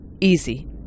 Easy